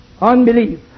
Unbelief